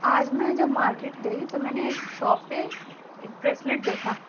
آج میں جب مارکیٹ گئی تو میں نے ایک شاپ پہ بریسلیٹ دیکھا